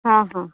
ହଁ ହଁ